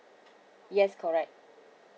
yes correct